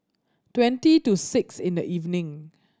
twenty to six in the evening